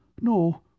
No